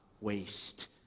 waste